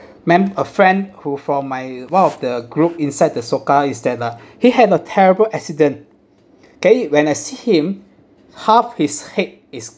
mem~ a friend who from my one of the group inside the soka is that uh he had a terrible accident okay when I see him half his head is